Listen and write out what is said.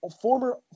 former